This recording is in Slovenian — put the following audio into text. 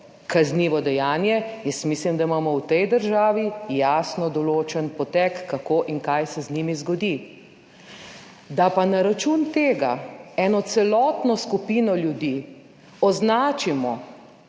kaznivo dejanje, mislim, da imamo v tej državi jasno določen potek, kako in kaj se z njimi zgodi. Da pa na račun tega eno celotno skupino ljudi označimo